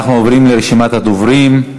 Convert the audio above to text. אנחנו עוברים לרשימת הדוברים.